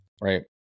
right